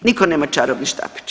Nitko nema čarobni štapić.